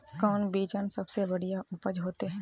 कौन बिचन सबसे बढ़िया उपज होते?